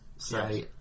say